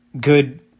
good